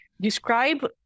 describe